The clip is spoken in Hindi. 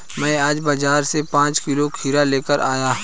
मैं आज बाजार से पांच किलो खीरा लेकर आया